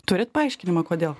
turit paaiškinimą kodėl